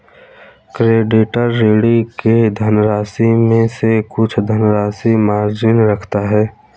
creditor, ऋणी के धनराशि में से कुछ धनराशि मार्जिन रखता है